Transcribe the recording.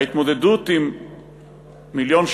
ההתמודדות עם 1.8 מיליון,